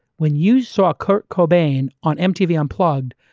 when you saw kurt cobain on mtv unplugged,